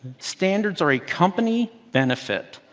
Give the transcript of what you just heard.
standards are a company benefit.